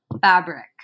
fabric